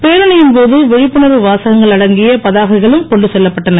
பேரணியின் போது விழிப்புணர்வு வாசகங்கள் அடங்கிய பதாகைகளும் கொண்டு செல்லப்பட்டன